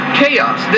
chaos